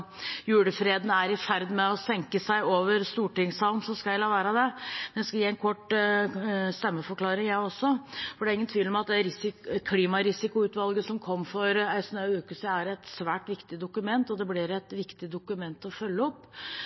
julefreden er i ferd med å senke seg over stortingssalen, skal jeg la det være. Jeg skal gi en kort stemmeforklaring, jeg også. Det er ingen tvil om at rapporten fra klimarisikoutvalget, som kom for en snau uke siden, er et svært viktig dokument, og det blir et viktig dokument å følge opp.